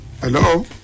Hello